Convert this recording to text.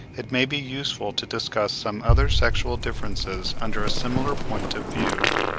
it may be useful to discuss some other sexual differences under a similar point of view.